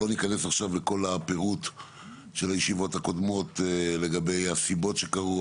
לא ניכנס עכשיו לכל הפירוט של הישיבות הקודמות לגבי הסיבות שקרו,